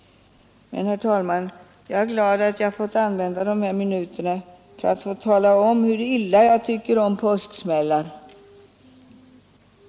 Jag är glad över att jag har fått använda dessa minuter till att tala om hur illa jag tycker om påsksmällare.